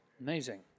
Amazing